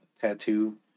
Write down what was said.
tattoo